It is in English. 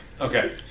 Okay